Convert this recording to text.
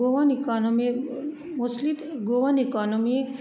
Goan economy mostly Goan economy